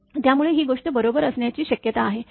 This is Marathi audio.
त्यामुळे ही गोष्ट बरोबर असण्याचीही शक्यता आहे